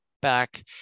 back